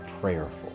prayerful